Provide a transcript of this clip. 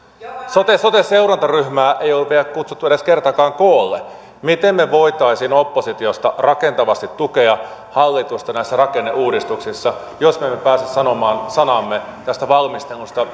sote sote seurantaryhmää ei ollut vielä kutsuttu edes kertaakaan koolle miten me voisimme oppositiosta rakentavasti tukea hallitusta näissä rakenneuudistuksissa jos me emme pääse sanomaan sanaamme tästä valmistelusta